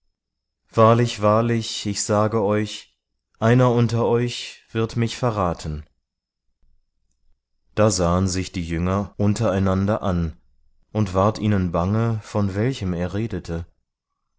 wahrlich wahrlich ich sage euch einer unter euch wird mich verraten da sahen sich die jünger untereinander an und ward ihnen bange von welchem er redete